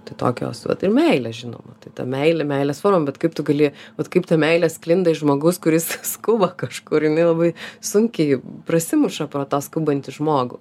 tai tokios vat ir meilė žinoma tai ta meilė meilės forma bet kaip tu gali vat kaip ta meilė sklinda iš žmogaus kuris skuba kažkur labai sunkiai prasimuša pro tą skubantį žmogų